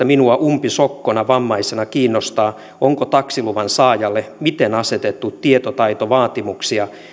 minua umpisokkona vammaisena kiinnostaa onko taksiluvan saajalle miten asetettu tietotaitovaatimuksia